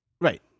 right